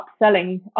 upselling